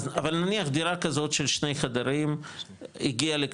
אבל נניח דירה כזאת של שני חדרים הגיעה לקליטה,